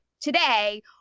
today